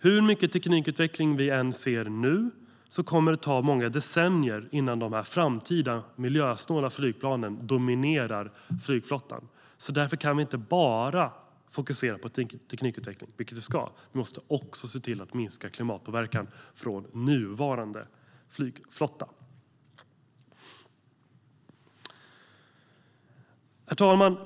Hur mycket teknikutveckling vi än ser nu kommer det alltså att ta många decennier innan de framtida miljösnåla flygplanen dominerar flygflottan. Därför kan vi inte bara fokusera på teknikutveckling. Vi måste också se till att minska klimatpåverkan från nuvarande flygflotta. Herr talman!